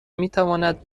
میتواند